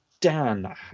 dan